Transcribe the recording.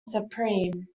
supreme